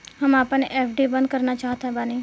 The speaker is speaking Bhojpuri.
हम आपन एफ.डी बंद करना चाहत बानी